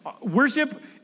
Worship